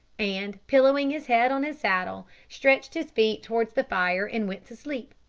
and, pillowing his head on his saddle, stretched his feet towards the fire and went to sleep,